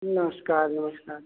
नमस्कार नमस्कार